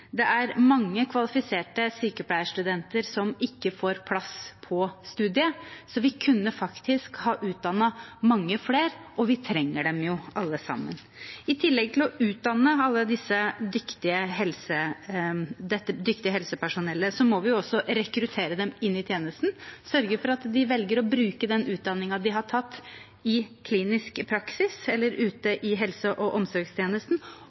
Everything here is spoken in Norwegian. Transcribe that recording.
Mange kvalifiserte sykepleierstudenter får ikke plass på studiet, så vi kunne faktisk ha utdannet mange flere, og vi trenger dem alle sammen. I tillegg til å utdanne dette dyktige helsepersonellet må vi også rekruttere dem inn i tjenesten og sørge for at de velger å bruke den utdanningen de har tatt, i klinisk praksis eller ute i helse- og omsorgstjenesten,